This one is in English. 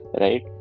right